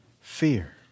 fear